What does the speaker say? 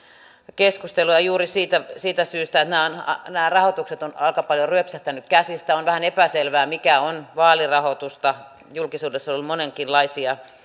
keskustelua juuri siitä siitä syystä että nämä nämä rahoitukset ovat aika paljon ryöpsähtäneet käsistä on vähän epäselvää mikä on vaalirahoitusta julkisuudessa on ollut monenkinlaisia